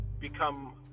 become